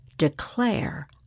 Declare